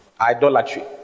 idolatry